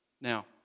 Now